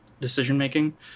decision-making